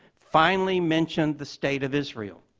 finally mentioned the state of israel.